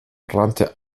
brannte